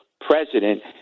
president